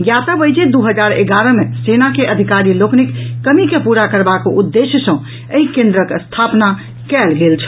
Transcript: ज्ञातव्य अछि जे दू हजार एगारह मे सेना के अधिकारी लोकनिक कमी के पूरा करबाक उद्देश्य सॅ एहि केन्द्रक स्थापना कयल गेल छल